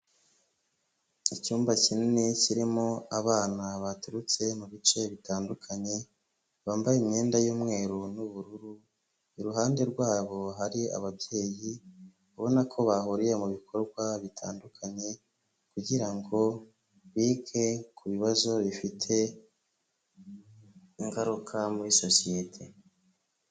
Icyumba kinini kirimo abana baturutse mu bice bitandukanye, bambaye imyenda y'umweru n'ubururu, iruhande rwabo hari ababyeyi ubabona ko bahuriye mu bikorwa bitandukanye kugira ngo bige ku bibazo bifite ingaruka muri sosiyete.